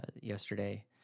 yesterday